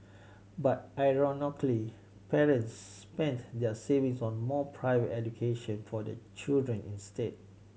but ironically parents spent there savings on more private education for their children instead